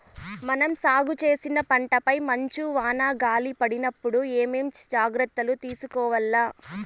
మనం సాగు చేసిన పంటపై మంచు, వాన, గాలి పడినప్పుడు ఏమేం జాగ్రత్తలు తీసుకోవల్ల?